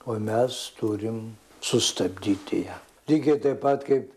o mes turim sustabdyti ją lygiai taip pat kaip